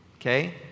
Okay